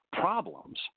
problems